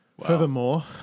Furthermore